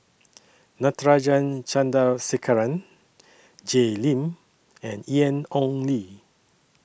Natarajan Chandrasekaran Jay Lim and Ian Ong Li